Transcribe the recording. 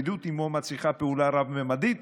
אני מבקשת מחבריי באופוזיציה שנוסעים להילולת הבבא סאלי